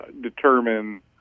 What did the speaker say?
determine